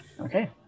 Okay